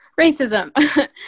racism